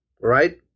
right